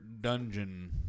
dungeon